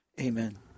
Amen